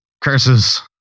curses